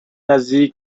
نزدیک